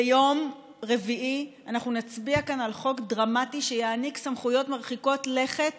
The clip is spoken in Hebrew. ביום רביעי אנחנו נצביע כאן על חוק דרמטי שיעניק סמכויות מרחיקות לכת